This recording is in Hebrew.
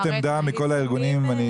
מכל הארגונים.